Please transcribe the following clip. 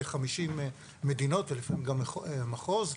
כ-50 מדינות ולפעמים גם מחוז.